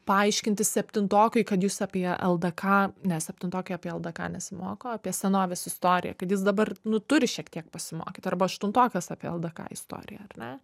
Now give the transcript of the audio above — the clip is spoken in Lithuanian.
paaiškinti septintokui kad jis apie ldk ne septintokai apie ldk nesimoko apie senovės istoriją kad jis dabar nu turi šiek tiek pasimokyt arba aštuntokas apie ldk istoriją ar ne